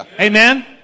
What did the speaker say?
Amen